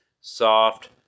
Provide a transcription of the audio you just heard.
soft